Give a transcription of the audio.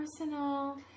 Personal